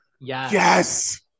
Yes